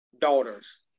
daughters